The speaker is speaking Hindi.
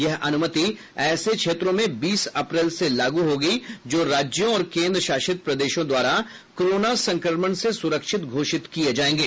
यह अनुमति ऐसे क्षेत्रों में बीस अप्रैल से लागू होगी जो राज्यों और केंद्र शासित प्रदेशों द्वारा कोरोना संक्रमण से सुरक्षित घोषित किये जायेंगे